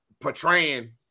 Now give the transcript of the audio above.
portraying